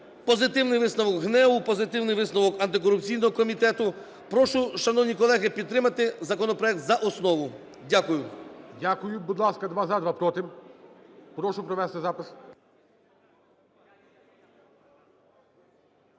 Позитивний висновок ГНЕУ. Позитивний висновок антикорупційного комітету. Прошу, шановні колеги, підтримати законопроект за основу. Дякую. ГОЛОВУЮЧИЙ. Дякую. Будь ласка: два – за, два – проти. Прошу провести запис.